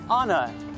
Anna